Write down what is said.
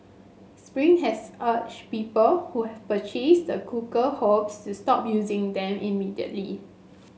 spring has urged people who have purchased the cooker hobs to stop using them immediately